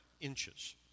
inches